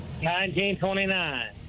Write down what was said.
1929